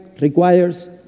requires